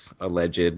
alleged